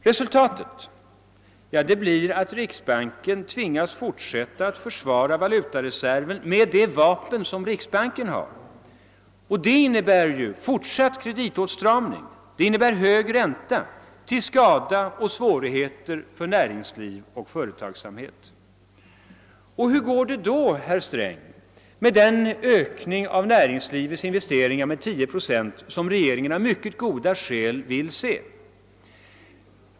Resultatet blir att riksbanken tvingas fortsätta med att försvara valutareserven med de vapen riksbanken har, vilket innebär fortsatt kreditåtstramning och hög ränta, till men för näringsliv och företagsamhet. Och hur går det då, herr Sträng, med den ökning av näringslivets investeringar med 10 procent som regeringen av mycket goda skäl vill se?